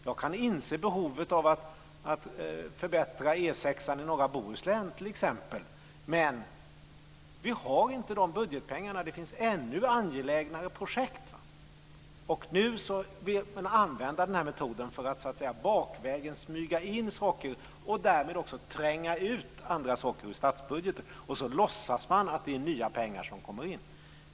Jag kan inse behovet av att förbättra E 6:an i norra Bohuslän t.ex., men vi har inte de budgetpengarna. Det finns ännu angelägnare projekt. Nu vill man använda den här metoden för att bakvägen smyga in saker och därmed också tränga ut andra saker ur statsbudgeten. Sedan låtsas man att det är nya pengar som kommer in.